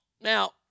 Now